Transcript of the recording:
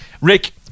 Rick